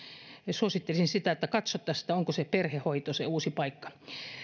suosittelisin sitä että katsottaisiin onko perhehoito se uusi paikka